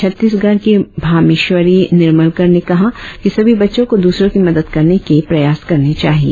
छत्तीसगढ़ की भामेश्वरी निर्मलकर ने कहा कि सभी बच्चों को दूसरों की मदद करने क आप्रयास करना चाहिए